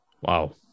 Wow